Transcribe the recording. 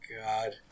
God